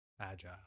agile